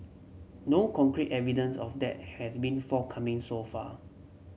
no concrete evidence of that has been forthcoming so far